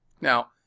Now